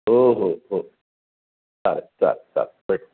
हो हो हो चालेल चल चल भेट